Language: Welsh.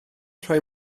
rhoi